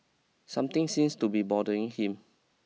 something seems to be bothering him